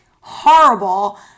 horrible